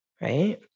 right